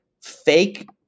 fake